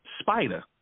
Spider